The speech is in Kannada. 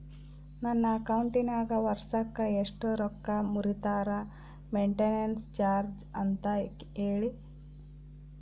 ನನ್ನ ಅಕೌಂಟಿನಾಗ ವರ್ಷಕ್ಕ ಎಷ್ಟು ರೊಕ್ಕ ಮುರಿತಾರ ಮೆಂಟೇನೆನ್ಸ್ ಚಾರ್ಜ್ ಅಂತ ಹೇಳಿ?